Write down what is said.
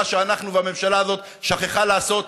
מה שאנחנו והממשלה הזאת שכחה לעשות,